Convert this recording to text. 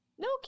no